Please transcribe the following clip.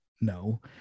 No